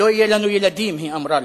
"לא יהיו לנו ילדים", היא אמרה לו.